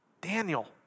Daniel